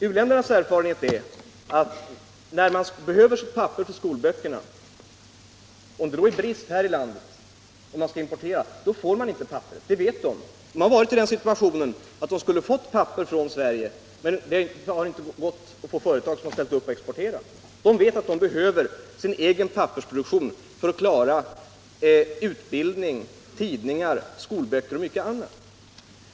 U-ländernas erfarenhet är att när de behöver papper för skolböcker och skall importera och det då är brist här i landet, så får de inte något papper. Det vet de. De har varit i den situationen att de skulle få papper från Sverige, men det har inte gått att få något företag att ställa upp och e :portera. De vet att de behöver sin egen pappersproduktion för att kara utbildning, tidningar, skolböcker och mycket annat.